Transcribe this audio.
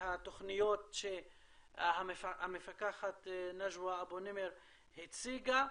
התוכניות שהמפקחת נג'וא אבו נימר הציגה,